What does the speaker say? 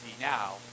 now